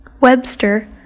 Webster